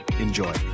Enjoy